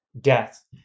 death